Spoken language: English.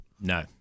No